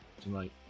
tonight